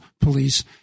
police